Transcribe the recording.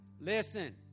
Listen